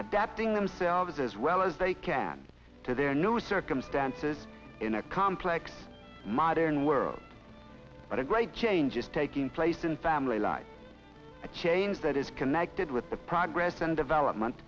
adapting themselves as well as they can to their new circumstances in a complex modern world but a great change is taking place in family life a change that is connected with the progress and development